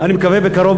אני מקווה בקרוב,